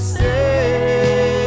say